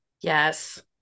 yes